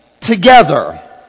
together